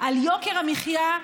על יוקר המחיה,